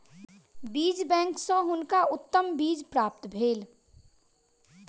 बीज बैंक सॅ हुनका उत्तम बीज प्राप्त भेल